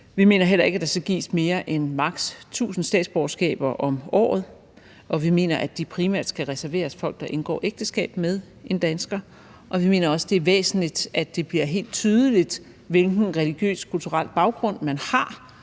Vi mener heller ikke, at der skal gives mere end maks. 1.000 statsborgerskaber om året, og vi mener, at de primært skal reserveres folk, der indgår ægteskab med en dansker, og vi mener også, det er væsentligt, at det bliver helt tydeligt, hvilken religiøs/kulturel baggrund man har,